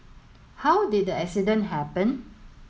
how did the accident happen